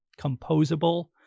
composable